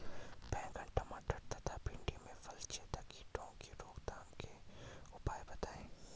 बैंगन टमाटर तथा भिन्डी में फलछेदक कीटों की रोकथाम के उपाय बताइए?